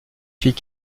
fille